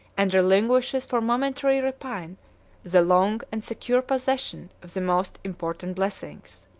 and relinquishes for momentary rapine the long and secure possession of the most important blessings.